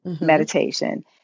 meditation